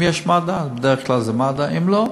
אם יש מד"א, אז בדרך כלל זה מד"א, אם לא,